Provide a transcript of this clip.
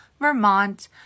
Vermont